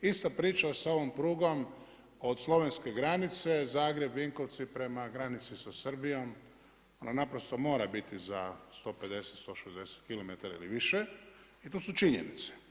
Ista priča s ovom prugom od slovenske granice, Zagreb, Vinkovci prema granici sa Srbijom, ona naprosto mora biti za 150, 160 kilometara ili više jer to su činjenice.